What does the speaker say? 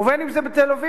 ובין שזה בתל-אביב,